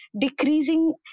decreasing